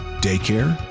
daycare,